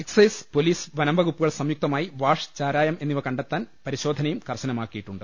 excise police വനംവകുപ്പുകൾ സംയു ക്തമായി വാഷ് ചാരായം എന്നിവ കണ്ടെത്താൻ പരിശോധനയും കർശനമാക്കിയിട്ടുണ്ട്